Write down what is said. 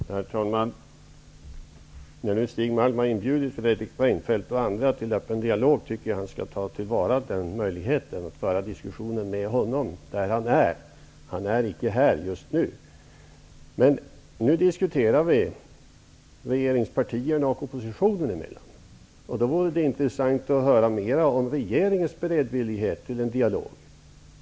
Herr talman! När nu Stig Malm har inbjudit Fredrik Reinfeldt och andra till en öppen dialog tycker jag att han skall ta tillvara möjligheten att föra diskussionen med honom där han är. Han är icke här just nu. Nu diskuterar vi regeringspartierna och oppositionen emellan. Då vore det intressant att höra mera om regeringens beredvillighet till en dialog.